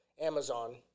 Amazon